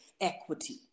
equity